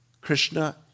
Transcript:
Krishna